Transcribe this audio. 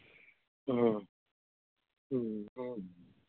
ओ ह्म्म ओ